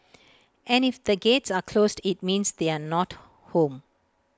and if the gates are closed IT means they are not home